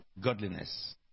godliness